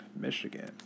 Michigan